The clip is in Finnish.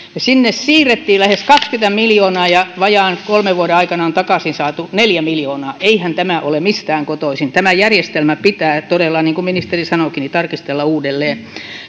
sinne siirrettiin lähes kaksikymmentä miljoonaa ja vajaan kolmen vuoden aikana on takaisin saatu neljä miljoonaa eihän tämä ole mistään kotoisin tämä järjestelmä pitää todella niin kuin ministeri sanoikin tarkistella uudelleen